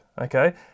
okay